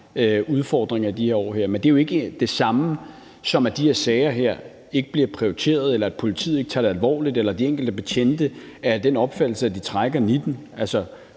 udfordringer i de her år. Men det er jo ikke det samme, som at de her sager ikke bliver prioriteret, eller at politiet ikke tager det alvorligt, eller at de enkelte betjente er af den opfattelse, at de trækker